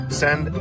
send